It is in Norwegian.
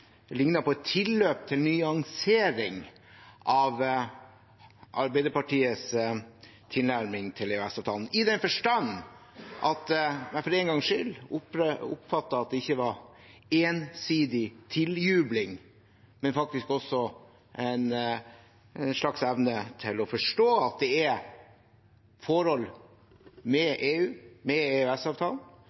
lignet på et tilløp til nyansering av Arbeiderpartiets tilnærming til EØS-avtalen – i den forstand at jeg for en gangs skyld oppfattet at det ikke var ensidig tiljubling, men faktisk også en slags evne til å forstå at det er forhold ved EU